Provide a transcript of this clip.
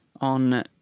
on